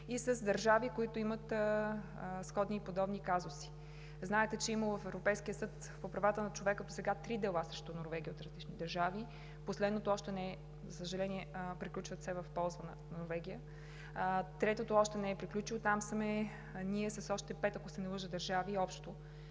и с държави, които имат сходни и подобни казуси. Знаете, че досега в Европейския съд по правата на човека досега има три дела срещу Норвегия от различни държави, които, за съжаление, приключват все в полза на Норвегия. Третото още не е приключило. Там ние сме общо с пет държави, ако